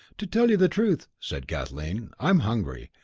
to tell you the truth, said kathleen, i'm hungry.